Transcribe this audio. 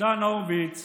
ניצן הורוביץ